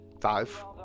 five